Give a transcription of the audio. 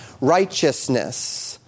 righteousness